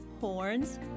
horns